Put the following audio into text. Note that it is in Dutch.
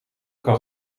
kan